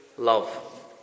love